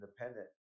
independent